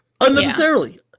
unnecessarily